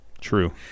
True